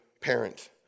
parent